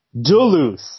Duluth